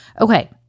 Okay